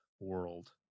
world